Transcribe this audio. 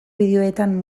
bideoetan